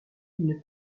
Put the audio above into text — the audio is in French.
une